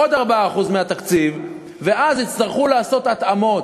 עוד 4% מהתקציב, ואז יצטרכו לעשות התאמות,